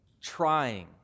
trying